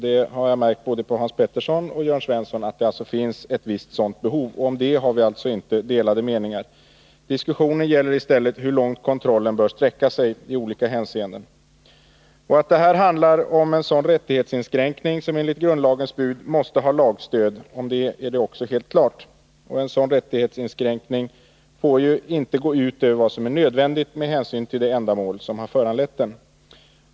Det har framgått av både Hans Petterssons i Helsingborg och Jörn Svenssons anföranden att det finns ett sådant behov, så om det har vi inte delade meningar. Diskussionen gäller i stället hur långt kontrollen bör sträcka sig i olika hänseenden. Att det här handlar om en sådan rättighetsinskränkning som enligt grundlagens bud måste ha lagstöd är helt klart. En sådan rättighetsinskränkning får aldrig gå ut över vad som är nödvändigt med hänsyn till det ändamål som har föranlett den.